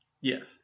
Yes